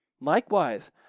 Likewise